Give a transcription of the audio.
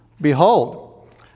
behold